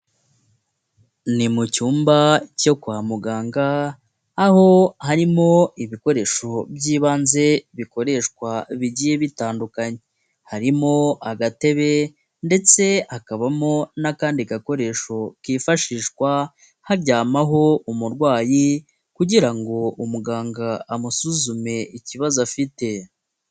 Ni mu cyumba cyo kwa muganga aho harimo ibikoresho by'ibanze bikoreshwa bigiye bitandukanye. Harimo agatebe ndetse hakabamo n'akandi gakoresho kifashishwa haryamaho umurwayi kugira ngo umuganga amusuzume ikibazo afite.